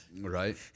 Right